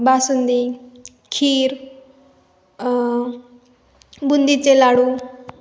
बासुंदी खीर बुंदीचे लाडू